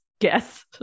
guess